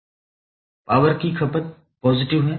power की खपत positive है